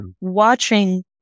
watching